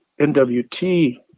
NWT